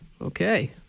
Okay